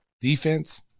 Defense